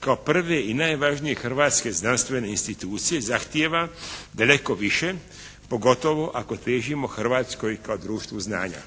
kao prve i najvažnije hrvatske znanstvene institucije zahtjeva daleko više pogotovo ako težimo Hrvatskoj kao društvu znanja.